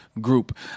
group